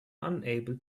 unable